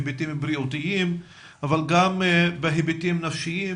היבטים בריאותיים אבל גם בהיבטים נפשיים